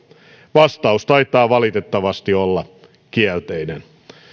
vastaus taitaa valitettavasti olla kielteinen